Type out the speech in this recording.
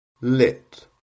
Lit